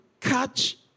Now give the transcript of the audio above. catch